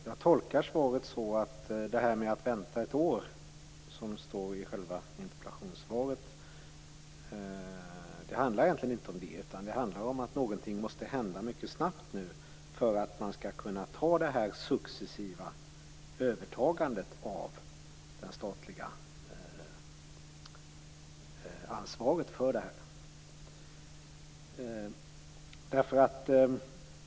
Jag tolkar svaret som att det egentligen inte handlar om att vänta ett år, som det står i själva interpellationssvaret, utan det handlar om att någonting måste hända mycket snabbt för att man skall kunna klara det successiva övertagandet av det statliga ansvaret för detta.